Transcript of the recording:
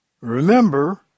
remember